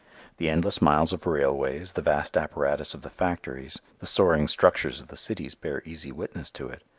the endless miles of railways, the vast apparatus of the factories, the soaring structures of the cities bear easy witness to it.